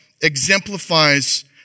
exemplifies